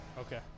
Okay